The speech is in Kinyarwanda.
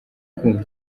kumva